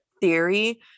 theory